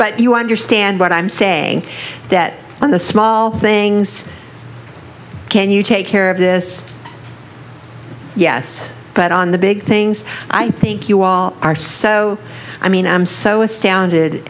but you understand what i'm saying that on the small things can you take care of this yes but on the big things i think you all are so i mean i'm so astounded